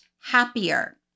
happier